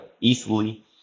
easily